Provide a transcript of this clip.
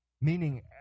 meaning